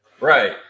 Right